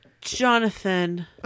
Jonathan